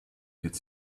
could